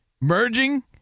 merging